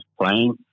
playing